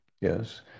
yes